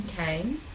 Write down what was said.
Okay